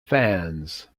fans